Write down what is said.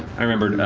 i remembered